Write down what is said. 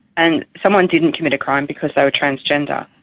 and someone didn't commit a crime because they were transgender,